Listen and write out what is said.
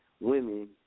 women